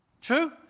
True